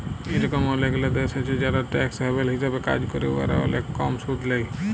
ইরকম অলেকলা দ্যাশ আছে যারা ট্যাক্স হ্যাভেল হিসাবে কাজ ক্যরে উয়ারা অলেক কম সুদ লেই